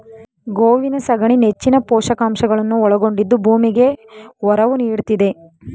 ಗೋವಿನ ಸಗಣಿ ನೆಚ್ಚಿನ ಪೋಷಕಾಂಶಗಳನ್ನು ಒಳಗೊಂಡಿದ್ದು ಭೂಮಿಗೆ ಒರವು ನೀಡ್ತಿದೆ